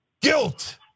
guilt